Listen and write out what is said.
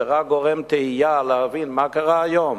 זה רק גורם לתהייה להבין מה קרה היום,